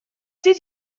did